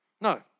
No